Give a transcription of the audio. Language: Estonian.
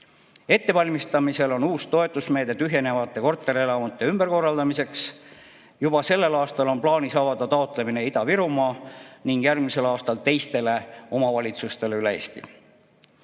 Ettevalmistamisel on uus toetusmeede tühjenevate korterelamute ümberkorraldamiseks. Juba sellel aastal on plaanis avada taotlemine Ida-Virumaale ja järgmisel aastal teistele omavalitsustele üle Eesti.